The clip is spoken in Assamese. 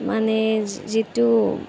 মানে যিটো